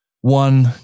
One